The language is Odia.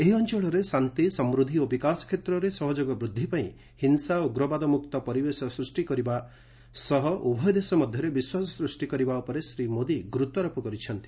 ଏହି ଅଞ୍ଚଳରେ ଶାନ୍ତି ସମୃଦ୍ଧି ଓ ବିକାଶ କ୍ଷେତ୍ରରେ ସହଯୋଗ ବୃଦ୍ଧିପାଇଁ ହିଂସା ଓ ଉଗ୍ରବାଦମୁକ୍ତ ପରିବେଶ ସୃଷ୍ଟି କରବା ସହ ଉଭୟ ଦେଶ ମଧ୍ୟରେ ବିଶ୍ୱାସ ସୃଷ୍ଟି କରିବା ଉପରେ ଶ୍ରୀ ମୋଦି ଗୁରୁତ୍ୱ ଆରୋପ କରିଛନ୍ତି